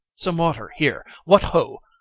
some water, here what, ho!